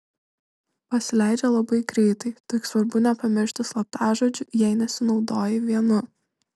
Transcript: pasileidžia labai greitai tik svarbu nepamiršti slaptažodžių jei nesinaudoji vienu